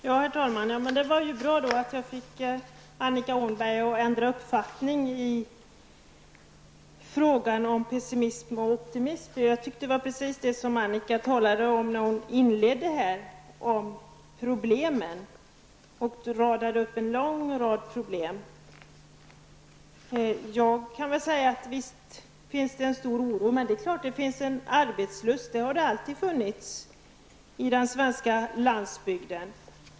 Herr talman! Det var ju bra att jag fick Annika Åhnberg att ändra uppfattning i frågan om pessimism och optimism -- jag tyckte att Annika talade om just problemen i sin inledning; hon radade där upp en lång rad problem. Visst finns det en stor oro, men det är klart att det finns en arbetslust -- det har det alltid funnits på den svenska landsbygden.